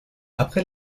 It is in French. après